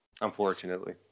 unfortunately